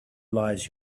lies